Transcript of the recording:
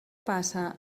passa